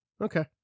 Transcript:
Okay